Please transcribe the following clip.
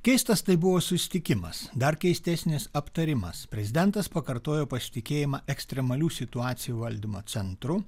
keistas tai buvo susitikimas dar keistesnis aptarimas prezidentas pakartojo pasitikėjimą ekstremalių situacijų valdymo centru